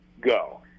go